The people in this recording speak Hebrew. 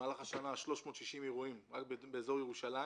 במהלך השנה 360 אירועים רק באזור ירושלים,